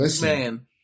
man